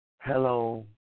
Hello